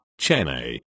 Chennai